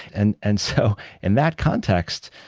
and and so and that context,